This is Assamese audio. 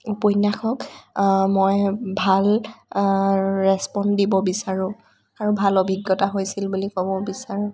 উপন্যাসক মই ভাল ৰেস্পন্দ দিব বিচাৰোঁ আৰু ভাল অভিজ্ঞতা হৈছিল বুলি ক'ব বিচাৰোঁ